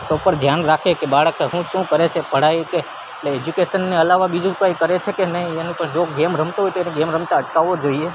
proper ધ્યાન રાખે કે બાળક શું શું કરે છે પઢાઈ કે એટલે એજ્યુકેસનને અલાવા બીજું કંઈ કરે છે કે નહીં એનું પણ જો ગેમ રમતો હોય તો ગેમ રમતા અટકાવવો જોઈએ